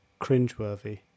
cringeworthy